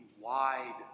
wide